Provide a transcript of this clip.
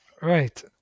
Right